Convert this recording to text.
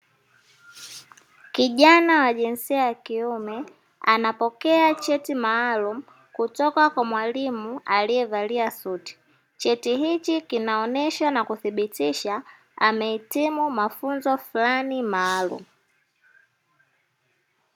Kijana wa jinsia ya kiume anapokea cheti maalum kutoka kwa mwalimu aliyevalia suti, cheti hiki kinaonesha na kuthibitisha amehitimu mafunzo flani maalumu.